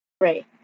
Right